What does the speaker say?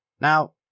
Now